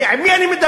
אני, עם מי אני מדבר?